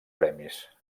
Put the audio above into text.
premis